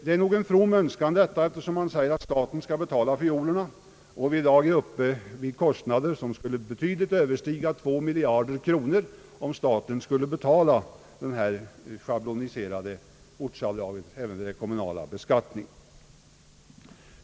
Det är nog ännu bara en from önskan, eftersom man säger att staten skall betala fiolerna och vi i dag är uppe i kostnader som betydligt skulle överstiga 2 miljarder kronor om staten skulle betala detta schabloniserade ortsavdrag även vid den kommunala beskattningen.